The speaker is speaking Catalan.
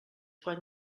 quan